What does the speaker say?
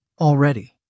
Already